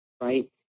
right